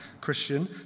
Christian